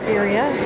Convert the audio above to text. area